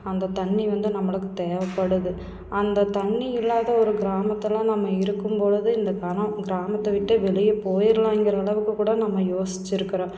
அந்த தண்ணி வந்து நம்மளுக்கு தேவைப்படுது அந்த தண்ணி இல்லாத ஒரு கிராமத்தில் நம்ம இருக்கும் பொழுது இந்த கனம் கிராமத்தை விட்டு வெளியே போயிறலாங்கிற அளவுக்கு கூட நம்ம யோசிச்சுருக்குறோம்